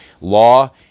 law